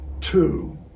Two